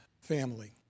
family